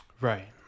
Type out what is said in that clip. Right